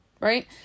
right